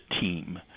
team